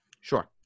Sure